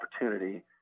opportunity